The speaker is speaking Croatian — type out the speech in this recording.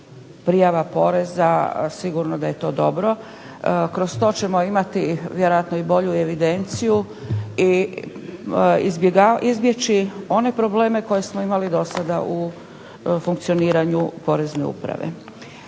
prijava poreza sigurno da je to dobro. Kroz to ćemo imati vjerojatno i bolju evidenciju i izbjeći one probleme koje smo imali dosada u funkcioniranju Porezne uprave.